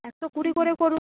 একশো কুড়ি করেও করুন